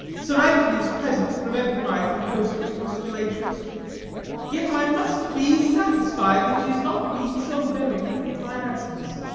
sir anthony's presence prevented my proposed expostulations yet i must be satisfied that she has not been so very happy in my absence.